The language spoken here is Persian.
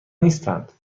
نیستند